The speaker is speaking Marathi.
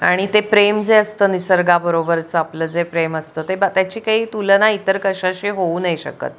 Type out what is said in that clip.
आणि ते प्रेम जे असतं निसर्गाबरोबरचं आपलं जे प्रेम असतं ते बा त्याची काही तुलना इतर कशाशी होऊ नाही शकत